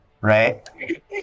Right